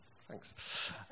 thanks